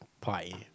party